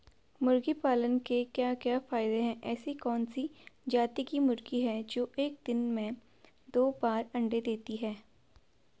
मुर्गी पालन के क्या क्या फायदे हैं ऐसी कौन सी जाती की मुर्गी है जो एक दिन में दो बार अंडा देती है?